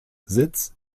sitz